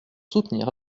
soutenir